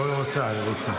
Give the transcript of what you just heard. היא רוצה להשיב.